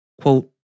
Quote